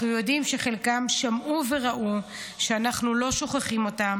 אנחנו יודעים שחלקם שמעו וראו שאנחנו לא שוכחים אותם,